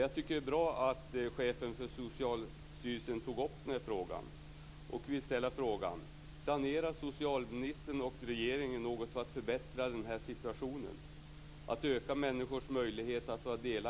Det är bra att chefen för Socialstyrelsen tog upp denna fråga.